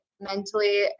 mentally